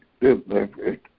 delivered